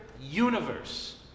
universe